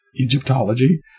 Egyptology